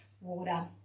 water